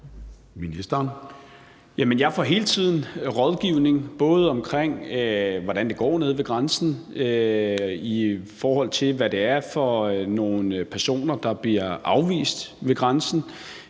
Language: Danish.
jeg får hele tiden rådgivning, både omkring, hvordan det går nede ved grænsen, og i forhold til hvad det er for nogle personer, der bliver afvist ved grænsen.